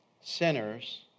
sinners